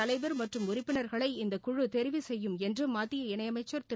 தலைவர் மற்றும் உறுப்பினர்களை இந்தக் குழு தெரிவு செய்யும் என்று மத்திய இணையமைச்சர் திரு